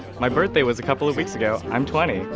my birthday was a couple of weeks ago. i'm twenty.